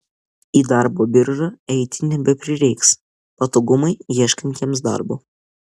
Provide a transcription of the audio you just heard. į darbo biržą eiti nebeprireiks patogumai ieškantiems darbo